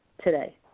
today